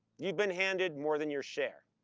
you've been handed more than your share.